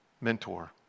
mentor